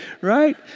right